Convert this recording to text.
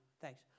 Thanks